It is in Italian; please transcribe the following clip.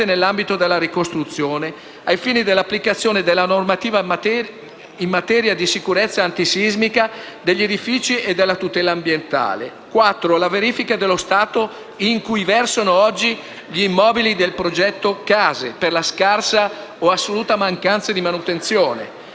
nell'ambito della ricostruzione, ai fini dell'applicazione della normativa in materia di sicurezza antisismica degli edifici e della tutela ambientale; la verifica dello stato in cui versano oggi gli immobili del progetto CASE per la scarsa o assoluta mancanza di manutenzione;